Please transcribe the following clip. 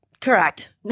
Correct